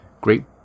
Great